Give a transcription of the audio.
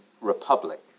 Republic